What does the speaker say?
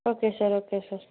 okay sir okay sir